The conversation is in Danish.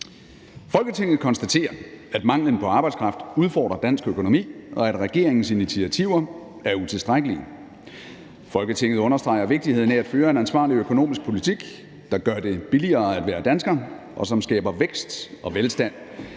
»Folketinget konstaterer, at manglen på arbejdskraft udfordrer dansk økonomi, og at regeringens initiativer er utilstrækkelige. Folketinget understreger vigtigheden af at føre en ansvarlig økonomisk politik, der gør det billigere at være dansker, og som skaber vækst og velstand.